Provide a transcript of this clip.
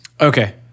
Okay